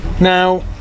Now